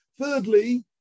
thirdly